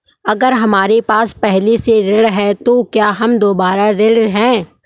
अगर हमारे पास पहले से ऋण है तो क्या हम दोबारा ऋण हैं?